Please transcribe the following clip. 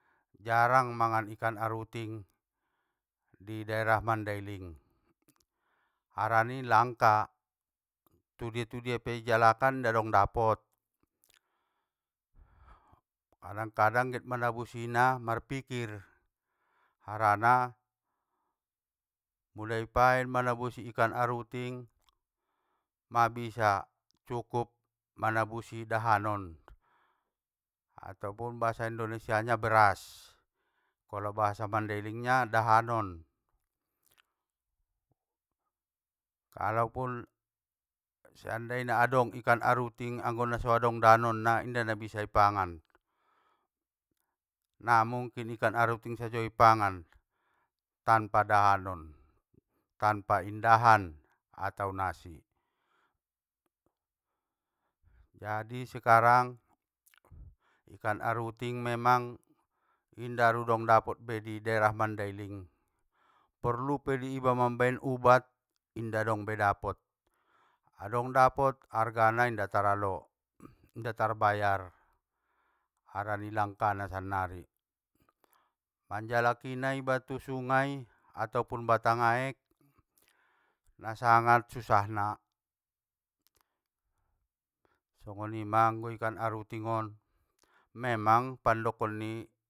Jarang mangan ikan aruting, di daerah mandailing, harani langka, tudia tudia pe ijalakan inda dong dapot, kadang kadang get manabusina marpikkir, harana mula i baen manabusi ikan aruting, mabisa cukup manabusi dahanon, ataupun bahasa indonesianya beras, kolo bahasa mmandailingna dahanon. Kalopun seandaina adong ikan aruting anggo naso adaong danonna inda nabisa i pangan, na mungkin ikan arutingi sajo ipangan, tanpa dahanon, tanpa indahan ato nasi. Jadi sekarang, ikan aruting memang inda arudong be dapot di daerah mandailing, porlupe di iba mambaen ubat nadongbe dapot, adong dapot, argana inda taralo, inda tarbayar, harani langkana sannari, manjalakina iba tu sungai atopun batang aek, nasangat susahna. Songonima anggao ikan aruting on, memang pandokon ni.